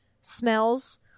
smells